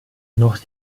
noch